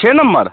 छः नम्बर